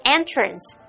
Entrance